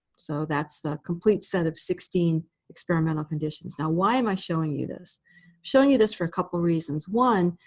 so that's the complete set of sixteen experimental conditions. now, why am i showing you this? i'm showing you this for a couple of reasons. one,